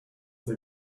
they